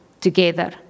together